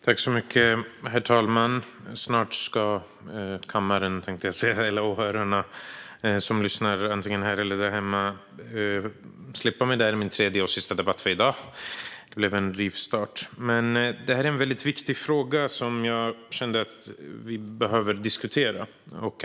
Herr talman! Snart ska kammaren och åhörarna, antingen de är här inne eller där hemma, få slippa mig. Detta är min tredje och sista debatt för i dag. Det blev en rivstart. Detta är en viktig fråga som jag kände att vi behöver diskutera.